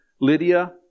Lydia